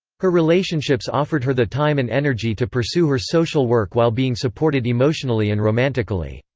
her relationships offered her the time and energy to pursue her social work while being supported emotionally and romantically.